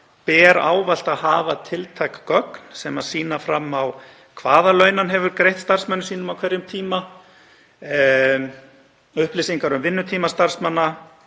ber ávallt að hafa tiltæk gögn sem sýna fram á hvaða laun hann hefur greitt starfsmönnum sínum á hverjum tíma, upplýsingar um vinnutíma starfsmanna